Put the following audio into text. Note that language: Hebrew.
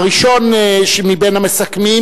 הראשון מבין המסכמים